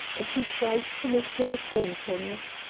and he tries to make their acquaintance.